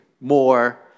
more